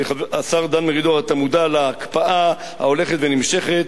השר דן מרידור, אתה מודע להקפאה ההולכת ונמשכת,